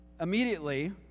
immediately